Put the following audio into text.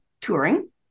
touring